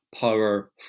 power